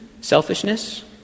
selfishness